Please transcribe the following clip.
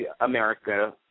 America